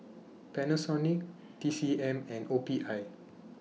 Panasonic T C M and O P I